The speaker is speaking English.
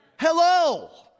Hello